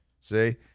See